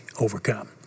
overcome